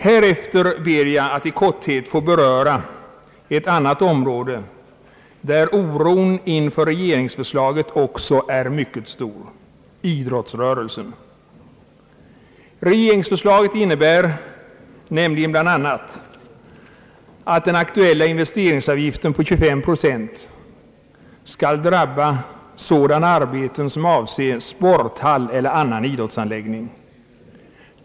Härefter ber jag att i korthet få beröra ett annat område, där oron inför regeringsförslaget också är mycket stor, nämligen idrottsrörelsen. Regeringsförslaget innebär ju bland annat att den aktuella investeringsavgiften på 25 procent skall drabba sådana arbeten som avser sporthall eller annan idrottsanläggning.